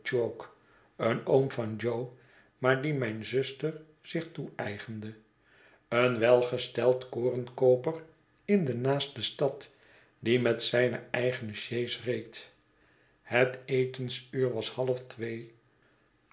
een oom van jo maar dien mijne zuster zich toeeigende een welgesteld korenkooper in de naaste stad die met zijne eigene sjees reed het etensuur was half twee